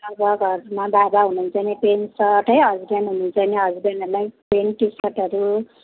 अब घरमा बाबा हुनुहुन्छ भने प्यान्ट सर्ट है हस्बेन्ड हुनुहुन्छ भने हस्बेन्डहरूलाई प्यान्ट टी सर्टहरू